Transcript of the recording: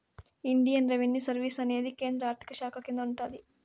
Indian revenue service అనేది కేంద్ర ఆర్థిక శాఖ కింద ఉంటాది